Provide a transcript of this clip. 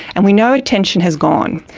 and we know attention has gone.